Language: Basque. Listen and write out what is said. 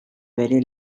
bere